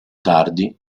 tardi